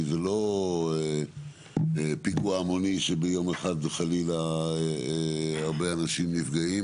כי זה לא פיגוע המוני שביום אחד חלילה הרבה אנשים נפגעים,